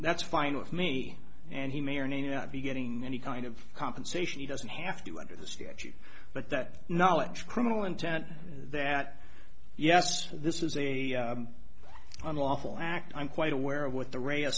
that's fine with me and he may or may not be getting any kind of compensation he doesn't have to under the statute but that knowledge criminal intent that yes this is a unlawful act i'm quite aware of what the radi